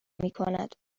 میکند